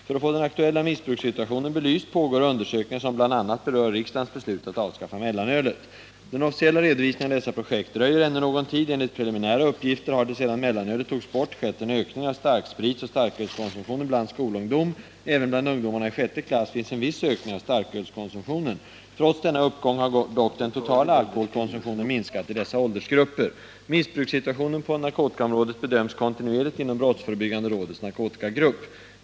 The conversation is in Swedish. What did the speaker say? För att få den aktuella missbrukssituationen belyst pågår undersökningar som bl.a. berör riksdagens beslut att avskaffa mellanölet. Den officiella redovisningen av dessa projekt dröjer ännu någon tid. Enligt preliminära uppgifter har det sedan mellanölet togs bort skett en ökning av starkspritsoch starkölskonsumtionen bland skolungdom. Även bland ungdomarna i sjätte klass finns en viss ökning av starkölskonsumtionen. Trots denna uppgång har dock den totala alkoholkonsumtionen minskat i dessa åldersgrupper. Missbrukssituation på narkotikaområdet bedöms kontinuerligt inom brottsförebyggande rådets narkotikagrupp.